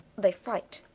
they fight,